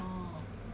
ya